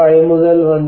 5 മുതൽ 1